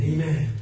Amen